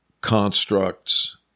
constructs